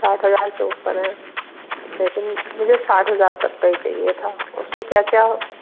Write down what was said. साठ हज़ार से ऊपर है लेकिन मुझे साठ हज़ार तक का ही चाहिए था उसमें क्या क्या